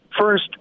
first